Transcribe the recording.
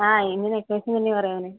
ആ